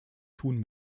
tun